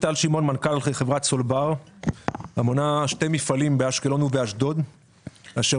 אני מנכ"ל חברת סולבר המונה שני מפעלים באשקלון ובאשדוד אשר